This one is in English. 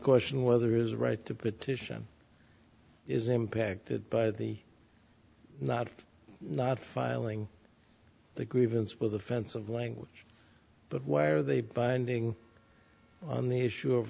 question whether it is right to petition is impacted by the not filing the grievance with offensive language but why are they binding on the issue of